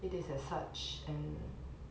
it is as such and